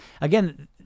again